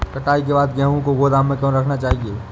कटाई के बाद गेहूँ को गोदाम में क्यो रखना चाहिए?